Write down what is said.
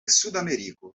sudameriko